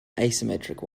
asymmetric